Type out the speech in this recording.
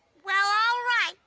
well all right.